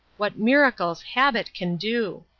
what miracles habit can do!